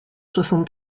soixante